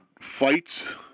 fights